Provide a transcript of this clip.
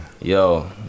Yo